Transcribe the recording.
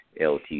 LT